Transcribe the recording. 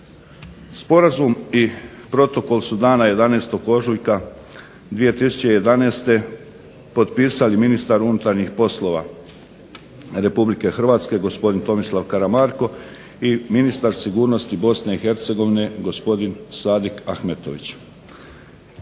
Sporazum i protokol su dana 11. ožujka 2011. potpisali ministar unutarnjih poslova RH gospodin Tomislav Karamarko i ministar sigurnosti BiH gospodin Sadik Ahmetović.